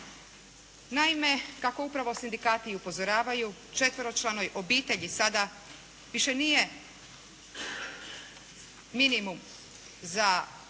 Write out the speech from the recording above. Naime kako upravo sindikati i upozoravaju četveročlanoj obitelji sada više nije minimum za košaricu